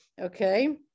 Okay